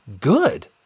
good